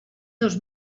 dos